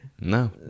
No